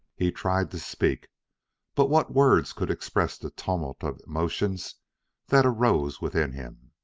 he tried to speak but what words could express the tumult of emotions that arose within him?